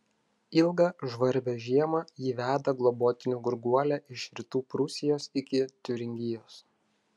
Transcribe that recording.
ilgą žvarbią žiemą ji veda globotinių gurguolę iš rytų prūsijos iki tiuringijos